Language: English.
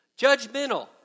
Judgmental